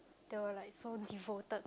they were like so devoted